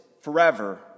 forever